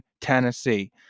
Tennessee